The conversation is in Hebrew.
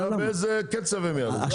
השאלה באיזה קצב הם יעלו.